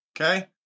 Okay